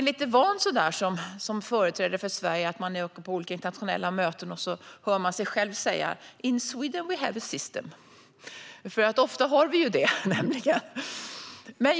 Som företrädare för Sverige är jag van vid att på olika internationella möten höra mig själv säga: In Sweden we have a system - ofta har vi nämligen det.